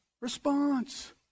response